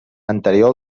anterior